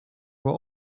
were